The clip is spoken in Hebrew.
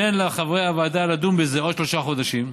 תן לחברי הוועדה לדון בזה עוד שלושה חודשים,